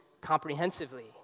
comprehensively